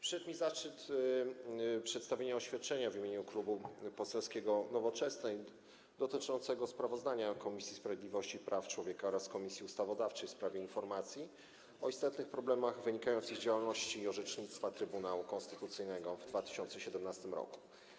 Przyszedł mi zaszczyt przedstawienia oświadczenia w imieniu Klubu Poselskiego Nowoczesna dotyczącego sprawozdania Komisji Sprawiedliwości i Praw Człowieka oraz Komisji Ustawodawczej w sprawie informacji o istotnych problemach wynikających z działalności i orzecznictwa Trybunału Konstytucyjnego w 2017 r.